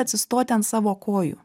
atsistoti ant savo kojų